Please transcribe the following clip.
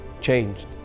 changed